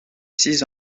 six